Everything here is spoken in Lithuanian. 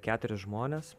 keturis žmones